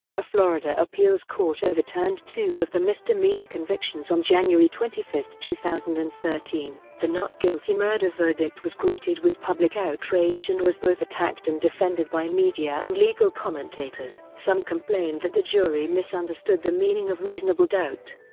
a florida appeals court overturned two of the misdemeanor convictions on january twenty five, two thousand and thirteen. the not-guilty murder verdict was greeted with public outrage and was both attacked and defended by media and legal commentators. some complained that the jury misunderstood the meaning of reasonable doubt,